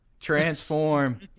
Transform